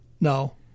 No